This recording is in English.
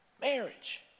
marriage